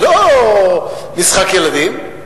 זה לא משחק ילדים.